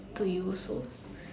to you so